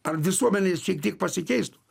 ar visuomenė šiek tiek pasikeistų